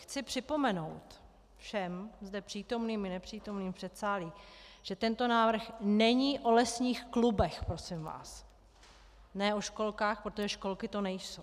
Chci připomenout všem zde přítomným i nepřítomným v předsálí, že tento návrh není o lesních klubech, prosím vás, ne o školkách, protože školky to nejsou.